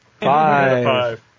Five